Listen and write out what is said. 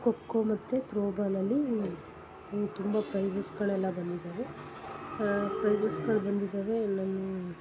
ಖೋಖೋ ಮತ್ತು ತ್ರೋಬಾಲಲ್ಲಿ ತುಂಬ ಪ್ರೈಸಸ್ಗಳೆಲ್ಲ ಬಂದಿದಾವೆ ಪ್ರೈಸಸ್ಗಳು ಬಂದಿದಾವೆ ನಮ್ಮ